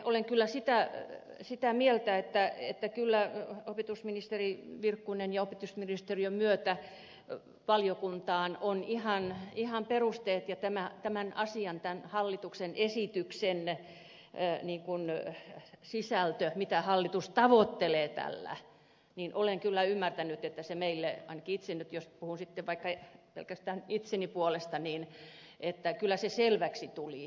olen kyllä sitä mieltä että kyllä opetusministeri virkkusen ja opetusministeriön myötä valiokunnalla on ihan perusteet ja tämä asia tämän hallituksen esityksen sisältö mitä hallitus tavoittelee tällä niin olen kyllä ymmärtänyt että se meille ainakin itselleni nyt jos puhun sitten vaikka pelkästään itseni puolesta kyllä selväksi tuli